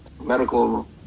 medical